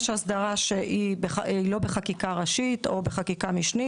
יש הסדרה שהיא לא בחקיקה ראשית או בחקיקה משנית,